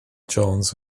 jones